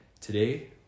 Today